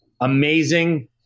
Amazing